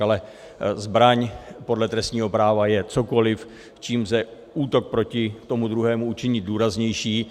Ale zbraň podle trestního práva je cokoli, čím lze útok proti tomu druhém učinit důraznější.